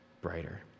brighter